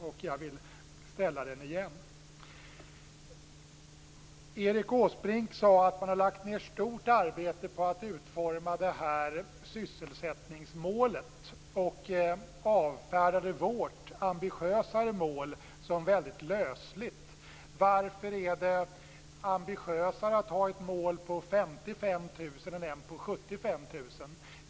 Därför vill jag ställa den igen. Erik Åsbrink sade att man har lagt ned stort arbete på att utforma sysselsättningsmålet och avfärdade vårt ambitiösare mål som väldigt lösligt. Varför är det ambitiösare att ha ett mål på 55 000 än ett på 75 000?